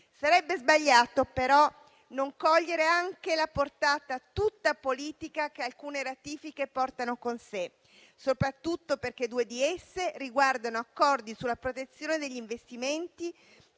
Sarebbe sbagliato però non cogliere anche la portata tutta politica di alcune di queste ratifiche, soprattutto perché due di esse riguardano accordi sulla protezione degli investimenti